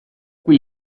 qui